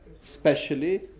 specially